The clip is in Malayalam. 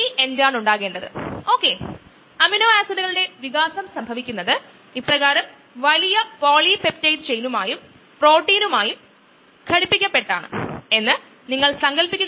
നമ്മൾ അത് ശരിയായി ചെയ്താൽ നമുക്ക് ഒരു ബാച്ച് കേസിന് സമയമായി v ലഭിക്കും V m പരിഷ്ക്കരിച്ചു നോൺ കോംപ്റ്റിറ്റിവ് ഇൻഹിബിഷന്റെ കാര്യത്തിൽ Km മാറുന്നില്ല Vm മാറുന്നു Km അതേപടി തുടരുന്നു